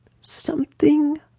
Something